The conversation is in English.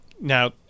now